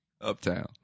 Uptown